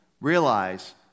Realize